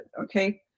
okay